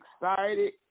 excited